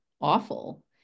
awful